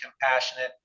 compassionate